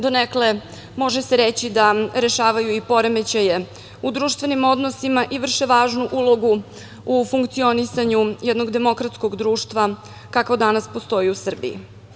Donekle može se reći da rešavaju i poremećaje u društvenim odnosima i vrše važnu ulogu u funkcionisanju jednog demokratskog društva kakvo danas postoji u Srbiji.